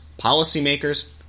policymakers